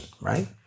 right